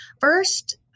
First